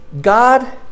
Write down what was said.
God